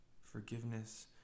forgiveness